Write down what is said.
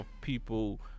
people